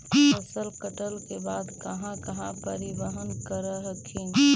फसल कटल के बाद कहा कहा परिबहन कर हखिन?